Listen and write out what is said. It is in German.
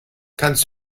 kannst